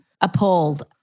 appalled